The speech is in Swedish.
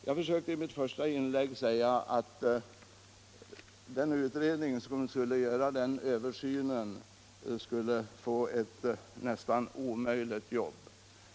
Jag försökte i mitt första inlägg säga att den utredning som skulle göra den översynen skulle få ett nästan omöjligt jobb.